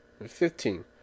Fifteen